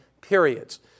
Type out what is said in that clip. periods